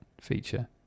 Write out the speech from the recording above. feature